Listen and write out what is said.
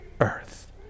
earth